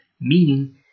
meaning